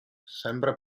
sembra